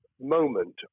moment